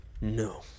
No